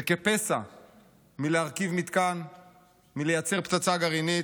זה כפסע מלהרכיב מתקן ומלייצר פצצה גרעינית.